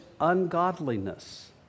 ungodliness